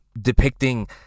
depicting